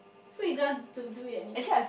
so you don't want to do it anymore